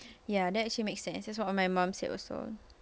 ya that actually makes sense that's what my mum said also